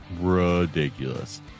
ridiculous